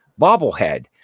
bobblehead